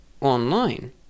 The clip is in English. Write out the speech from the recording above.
online